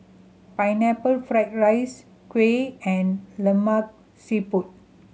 Pineapple Fried rice kuih and Lemak Siput